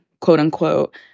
quote-unquote